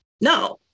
no